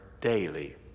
daily